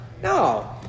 No